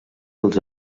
els